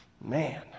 man